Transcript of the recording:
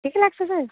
ठिकै लाग्छ सर